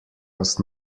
was